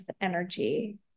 energy